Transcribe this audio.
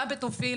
אתה פדופיל,